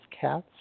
cats